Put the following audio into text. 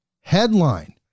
headline